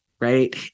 right